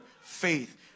faith